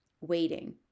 waiting